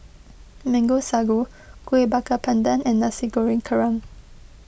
Mango Sago Kueh Bakar Pandan and Nasi Goreng Kerang